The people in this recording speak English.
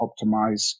optimize